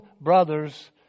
brothers